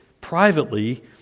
privately